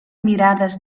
mirades